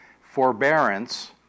forbearance